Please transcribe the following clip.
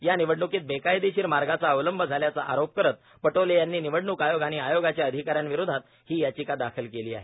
या निवडणुकीत बेकायदेशीर मार्गाचा अवलंब माल्याचा आरोप करत पटोले यांनी निवडणूक आयोग आणि आयोगाच्या अधिकाऱ्यांविरोधात ही यांचिका दाखल केली आहे